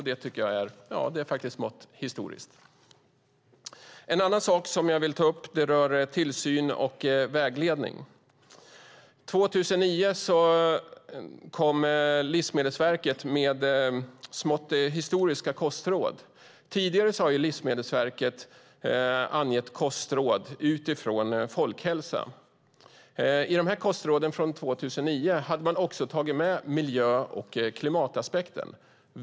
Det är faktiskt smått historiskt. Jag vill också ta upp frågan om tillsyn och vägledning. År 2009 kom Livsmedelsverket med nya kostråd. Tidigare har Livsmedelsverket angett kostråd utifrån folkhälsan. I kostråden 2009 tog man också med miljö och klimataspekten.